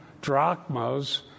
drachmas